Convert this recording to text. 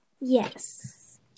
yes